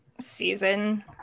season